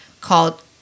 called